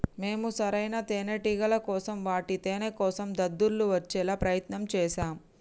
మేము సరైన తేనేటిగల కోసం వాటి తేనేకోసం దద్దుర్లు వచ్చేలా ప్రయత్నం చేశాం